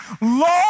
Lord